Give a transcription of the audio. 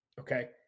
Okay